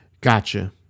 gotcha